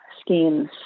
schemes